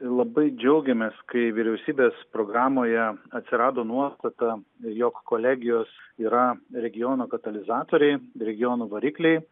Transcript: labai džiaugiamės kai vyriausybės programoje atsirado nuostata jog kolegijos yra regiono katalizatoriai regionų varikliai